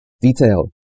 detail